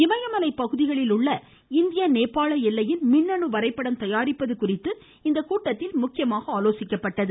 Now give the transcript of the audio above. இமயமலை பகுதிகளில் உள்ள இந்திய நேபாள எல்லையின் மின்னணு வரைபடம் தயாரிப்பது குறித்து இக்கூட்டத்தில் ஆலோசிக்கப்பட்டது